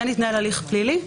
כן התנהל הליך פלילי,